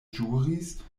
ĵuris